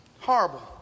horrible